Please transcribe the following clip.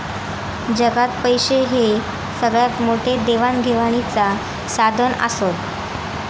जगात पैशे हे सगळ्यात मोठे देवाण घेवाणीचा साधन आसत